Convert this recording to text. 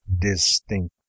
distinct